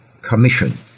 commission